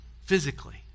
physically